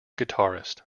guitarist